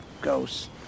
ghosts